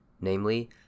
namely